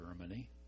Germany